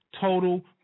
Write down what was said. total